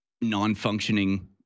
non-functioning